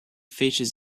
features